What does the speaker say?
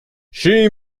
she